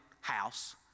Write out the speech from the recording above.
house